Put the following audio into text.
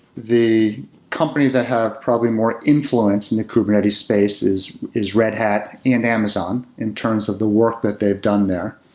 the company that have probably more influence in a kubernetes space is is red hat and amazon in terms of the work that they've done there.